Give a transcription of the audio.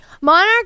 Monarch